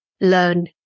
learn